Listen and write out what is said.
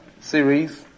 series